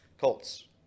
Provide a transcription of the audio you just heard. Colts